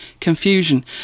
confusion